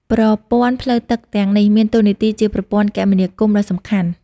ប្រព័ន្ធផ្លូវទឹកទាំងនេះមានតួនាទីជាប្រព័ន្ធគមនាគមន៍ដ៏សំខាន់។